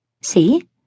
See